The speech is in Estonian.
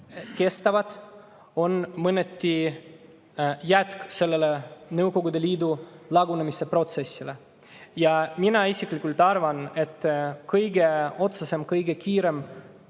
kestavad, on mõneti jätk Nõukogude Liidu lagunemise protsessile. Ja mina isiklikult arvan, et kõige otsesem ja kõige kiirem